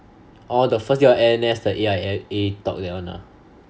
oh the first day of N_S the A_I_A talk that one ah